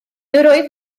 oedd